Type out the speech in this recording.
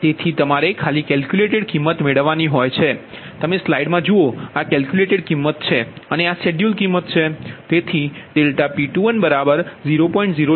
તેથી તમારે ખાલી કેલ્કયુલેટેડ કિમત મેળવવાની હોય છે તમે સ્લાઇડ મા જુઓ આ કેલ્કયુલેટેડ કિમત છે અને આ શેડ્યૂલ કિંમત છે તેથી ∆P21 0